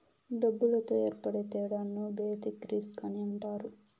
డబ్బులతో ఏర్పడే తేడాను బేసిక్ రిస్క్ అని అంటారు